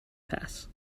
pass